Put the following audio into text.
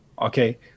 Okay